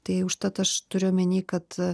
tai užtat aš turiu omeny kad